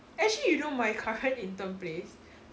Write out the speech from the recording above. actually you know my current intern place